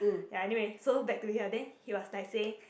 ya anyway so back to here then he was texting